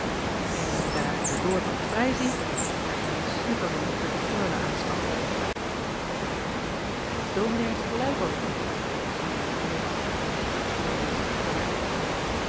en daar ik den doortocht vrij zie ga ik mij een snippermand bij de reule aanschaffen ominee heeft gelijk ook riep uring ol achterna terwijl deze zich verwijderde